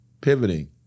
pivoting